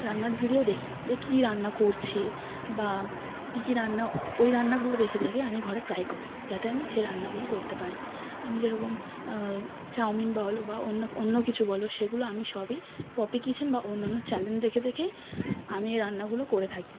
রান্নার ভিডিও দেখি যে কী রান্না করছে বা কী কী রান্না ওই রান্নাগুলো দেখে দেখে আমি ঘরে ট্রাই করি যাতে আমি সেই রান্নাগুলো করতে পারি আমি যেরকম চাউমিন বলো বা অন্য অন্য কিছু বলো সেগুলো আমি সবই পপি কিচেন বা অন্যান্য চ্যানেল দেখে দেখেই আমি এ রান্নাগুলো করে থাকি